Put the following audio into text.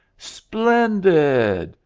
splendid!